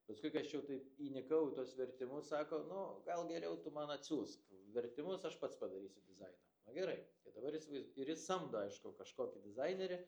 paskui kai aš jau taip įnikau į tuos vertimus sako nu gal geriau tu man atsiųsk vertimus aš pats padarysiu dizainą nu gerai bet dabar įsivaiz ir jis samdo aišku kažkokį dizainerį